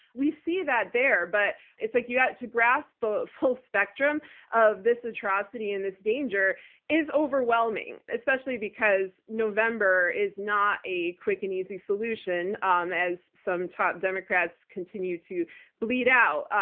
we see that there, but it's like you got to grasp the full spectrum of this atrocity and this danger is overwhelming, especially because november is not a quick and easy solution um as some top democrats continue to bleed out.